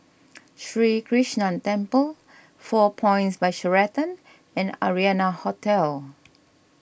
Sri Krishnan Temple four Points By Sheraton and Arianna Hotel